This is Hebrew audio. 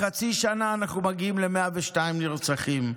בחצי שנה אנחנו מגיעים ל-102 נרצחים.